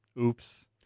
Oops